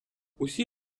усі